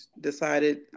decided